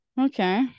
okay